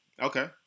Okay